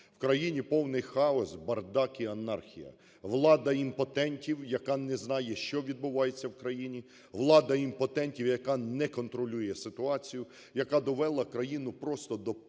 в країні повний хаос, бардак і анархія. Влада імпотентів, яка не знає, що відбувається в країні, влада імпотентів, яка не контролює ситуацію, яка довела країну просто до повного